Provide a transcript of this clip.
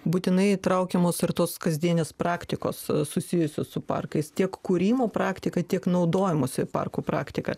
būtinai įtraukiamos ir tos kasdienės praktikos susijusios su parkais tiek kūrimo praktika tiek naudojimosi parkų praktika